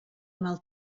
mal